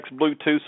Bluetooth